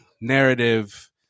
narrative